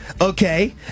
okay